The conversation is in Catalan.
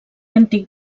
antic